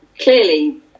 clearly